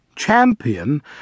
Champion